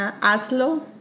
hazlo